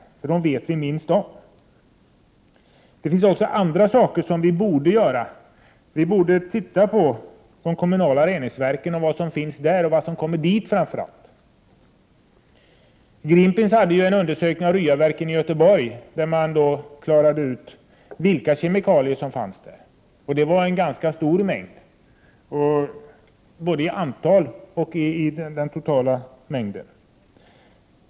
Det är dessa medel vi vet minst om. Det finns också andra saker som vi borde göra. Vi borde titta på de kommunala reningsverken och framför allt på vad som kommer dit. Greenpeace gjorde en undersökning av Ryaverken i Göteborg, varvid man klarade ut vilka kemikalier som fanns där. Det rörde sig om höga tal både i fråga om antal och totala mängder.